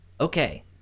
okay